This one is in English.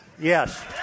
Yes